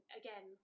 again